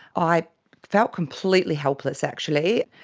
i felt completely helpless actually,